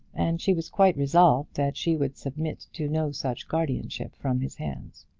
and she was quite resolved that she would submit to no such guardianship from his hands.